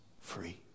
free